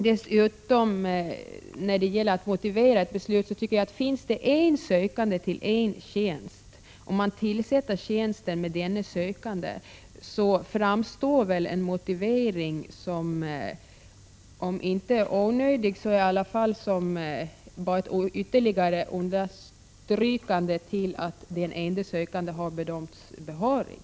Dessutom vill jag när det gäller frågan om att ett beslut skall motiveras säga, att om det finns en enda sökande till en tjänst och man tillsätter tjänsten med denne sökande, framstår en motivering om inte som onödig, så i alla fall som ett ytterligare understrykande av att sökanden har bedömts behörig.